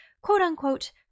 quote-unquote